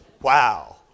Wow